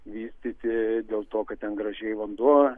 vystyti dėl to kad ten gražiai vanduo